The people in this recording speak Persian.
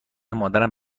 مادرم